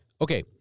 Okay